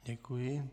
Děkuji.